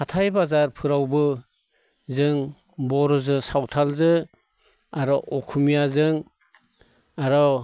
हाथाय बाजारफोरावबो जों बर'जों सावथालजों आरो असमियाजों आरो